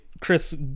Chris